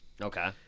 Okay